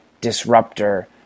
disruptor